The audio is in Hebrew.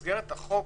במסגרת החוק